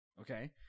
okay